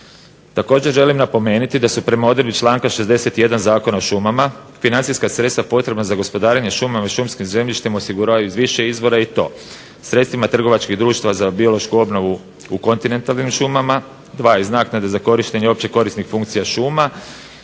Također želim napomenuti da se prema odredbi članka 61. Zakona o šumama financijska sredstva potrebna za gospodarenje šumama i šumskim zemljištem osigurava iz više izvora i to: sredstvima trgovačkih društava za biološku obnovu u kontinentalnim šumama. Dva iz naknade za korištenje opće korisnih funkcija šuma